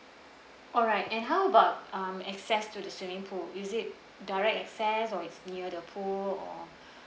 alright and how about um access to the swimming pool is it direct access or it's near the pool or